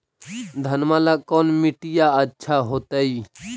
घनमा ला कौन मिट्टियां अच्छा होतई?